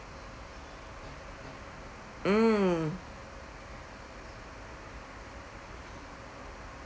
mm